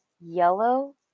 yellow